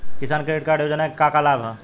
किसान credit card योजना के का का लाभ ह?